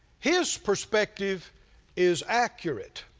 his perspective is accurate.